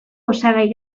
osagai